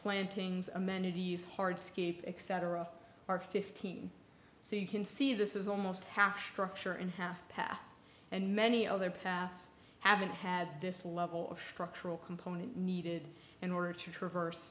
plantings amenities hard scape except for a r fifteen so you can see this is almost half crusher and half path and many other paths haven't had this level of structural component needed in order to traverse